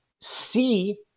see